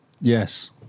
Yes